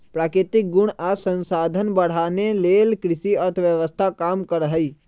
प्राकृतिक गुण आ संसाधन बढ़ाने लेल कृषि अर्थव्यवस्था काम करहइ